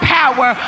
power